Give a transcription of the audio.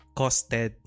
costed